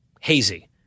hazy